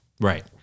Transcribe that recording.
right